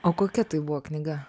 o kokia tai buvo knyga